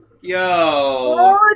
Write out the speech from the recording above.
yo